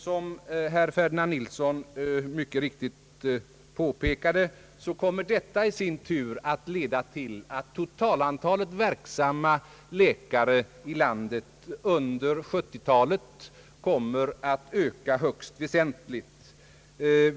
Som herr Ferdinand Nilsson mycket riktigt påpekade, kommer detta i sin tur att leda till att totalantalet verksamma läkare i landet kommer att öka högst väsentligt under 1970 talet.